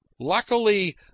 Luckily